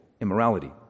immorality